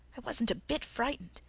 i wasn't a bit frightened.